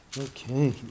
okay